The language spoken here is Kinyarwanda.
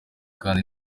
kandi